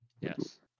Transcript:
Yes